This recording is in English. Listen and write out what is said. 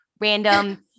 random